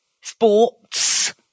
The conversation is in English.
sports